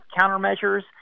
countermeasures